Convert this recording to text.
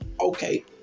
okay